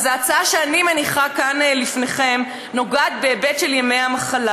ההצעה שאני מניחה כאן לפניכם נוגעת בהיבט של ימי המחלה,